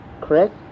correct